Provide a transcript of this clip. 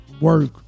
Work